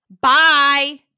bye